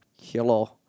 Hello